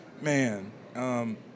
man